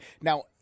Now